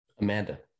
Amanda